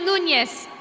nunyez.